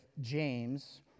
James